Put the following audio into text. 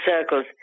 circles